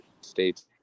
States